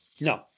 No